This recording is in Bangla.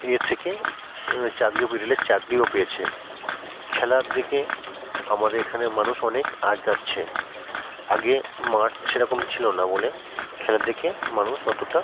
ইয়ে থেকে চাকরিও রেলের চাকরিও পেয়েছে খেলার দিকে আমাদের এখানে মানুষ অনেক এগোচ্ছে আগে মাঠ সেরকম ছিল না বলে খেলার দিকে মানুষ অতটা